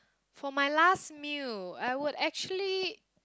for my last meal I will actually